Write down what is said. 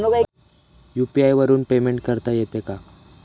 UPI वरून payment करता येते का?